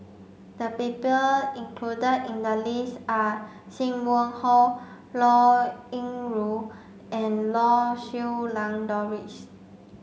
the people included in the list are Sim Wong Hoo Liao Yingru and Lau Siew Lang Doris